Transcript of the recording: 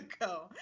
ago